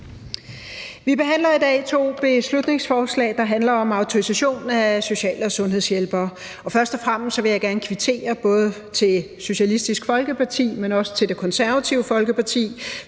Vi behandler i dag to beslutningsforslag, der handler om autorisation af social- og sundhedshjælpere. Først og fremmest vil jeg gerne kvittere til både Socialistisk Folkeparti og Det Konservative Folkeparti